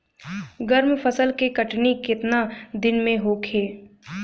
गर्मा फसल के कटनी केतना दिन में होखे?